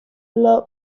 law